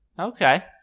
Okay